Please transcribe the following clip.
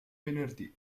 venerdì